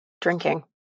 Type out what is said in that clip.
drinking